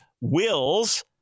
wills